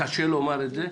קשה לומר את זה,